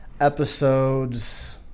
episodes